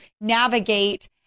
navigate